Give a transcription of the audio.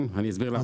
כן, ואני אסביר למה.